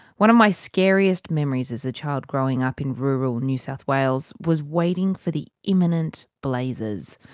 one of my scariest memories as a child growing up in rural new south wales was waiting for the imminent blazes.